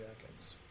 jackets